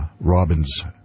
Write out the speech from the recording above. Robin's